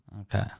Okay